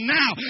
now